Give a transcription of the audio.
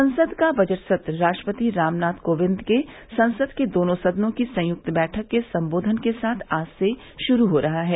संसद का बजट सत्र राष्ट्रपति रामनाथ कोविंद के संसद के दोनों सदनों की संयुक्त बैठक के संबोधन के साथ आज से शुरू हो रहा है